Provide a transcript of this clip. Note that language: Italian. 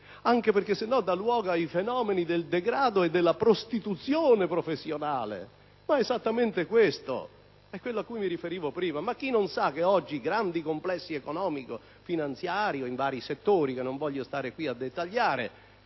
anche perché, altrimenti, si dà luogo ai fenomeni del degrado e della prostituzione professionale. È esattamente questo quello cui mi riferivo prima. Chi non sa che oggi i grandi complessi economico-finanziari - in vari settori che non voglio star qui a dettagliare